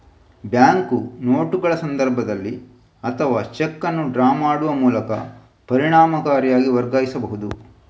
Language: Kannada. ಬ್ಯಾಂಕು ನೋಟುಗಳ ಸಂದರ್ಭದಲ್ಲಿ ಅಥವಾ ಚೆಕ್ ಅನ್ನು ಡ್ರಾ ಮಾಡುವ ಮೂಲಕ ಪರಿಣಾಮಕಾರಿಯಾಗಿ ವರ್ಗಾಯಿಸಬಹುದು